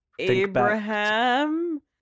Abraham